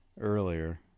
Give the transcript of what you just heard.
earlier